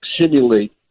simulate